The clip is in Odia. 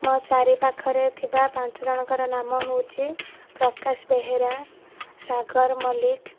ମୋ ଚାରିପାଖରେ ଥିବା ପାଞ୍ଚଜଣଙ୍କର ନାମ ହେଉଛି ପ୍ରକାଶ ବେହେରା ସାଗର ମଲ୍ଲିକ